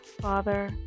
Father